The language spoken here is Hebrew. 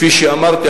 כפי שאמרתי,